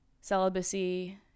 celibacy